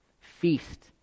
Feast